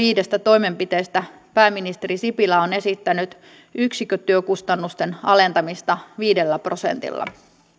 viidestä toimenpiteestä pääministeri sipilä on esittänyt yksikkötyökustannusten alentamista viidellä prosentilla